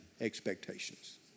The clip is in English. expectations